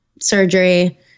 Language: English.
surgery